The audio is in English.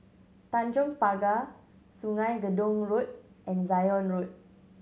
Tanjong Pagar Sungei Gedong Road and Zion Road